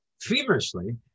feverishly